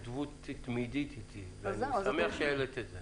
בהתכתבות תמידית איתי, ואני שמח שהעלית את זה.